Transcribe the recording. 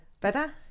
Better